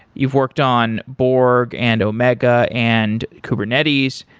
you've worked on borg and omega and kubernetes.